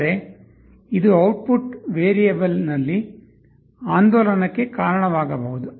ಆದರೆ ಇದು ಔಟ್ಪುಟ್ ವೇರಿಯೇಬಲ್ನಲ್ಲಿ ಆಂದೋಲನಕ್ಕೆ ಕಾರಣವಾಗಬಹುದು